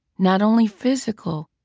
not only physical,